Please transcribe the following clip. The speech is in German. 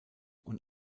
und